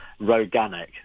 Roganic